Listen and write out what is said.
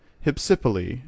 hypsipyle